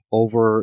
over